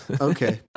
Okay